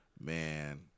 Man